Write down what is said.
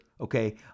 Okay